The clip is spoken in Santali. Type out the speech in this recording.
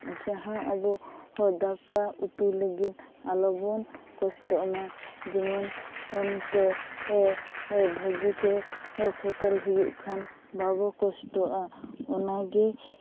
ᱡᱟᱦᱟᱸ ᱟᱵᱚ ᱫᱟᱠᱟ ᱩᱛᱩ ᱞᱟᱹᱜᱤᱱ ᱟᱞᱚᱵᱚᱱ ᱠᱚᱥᱴᱚᱜ ᱢᱟ ᱡᱮᱢᱚᱱ ᱚᱱᱛᱮ ᱦᱮ ᱦᱮ ᱵᱷᱟᱹᱜᱤᱛᱮ ᱦᱮ ᱯᱷᱚᱥᱚᱞ ᱦᱩᱭᱩᱜ ᱠᱷᱟᱱ ᱵᱟᱵᱚ ᱠᱚᱥᱴᱚᱜᱼᱟ ᱚᱱᱟᱜᱮ